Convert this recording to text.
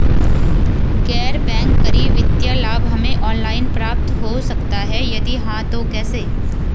गैर बैंक करी वित्तीय लाभ हमें ऑनलाइन प्राप्त हो सकता है यदि हाँ तो कैसे?